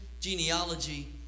genealogy